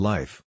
Life